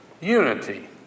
unity